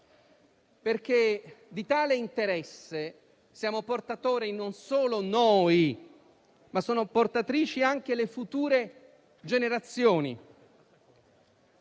Perché di tale interesse non siamo portatori solo noi, ma sono portatrici anche le future generazioni.